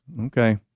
okay